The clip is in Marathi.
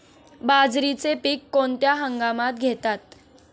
बाजरीचे पीक कोणत्या हंगामात घेतात?